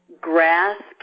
grasp